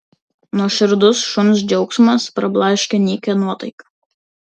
nuoširdus šuns džiaugsmas prablaškė nykią nuotaiką